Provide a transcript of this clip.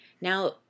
Now